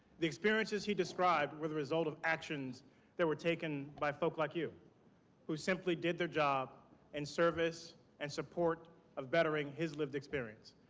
the experiences he described were the result of actions that were taken by folk like you who simply did their job and in service and support of bettering his lived experience.